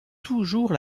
toujours